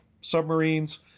submarines